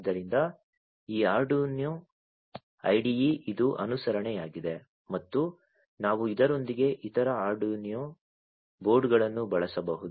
ಆದ್ದರಿಂದ ಈ Arduino IDE ಇದು ಅನುಸರಣೆಯಾಗಿದೆ ಮತ್ತು ನಾವು ಇದರೊಂದಿಗೆ ಇತರ Arduino ಬೋರ್ಡ್ಗಳನ್ನು ಬಳಸಬಹುದು